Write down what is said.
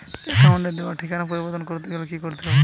অ্যাকাউন্টে দেওয়া ঠিকানা পরিবর্তন করতে গেলে কি করতে হবে?